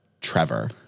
Trevor